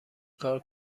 کار